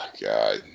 God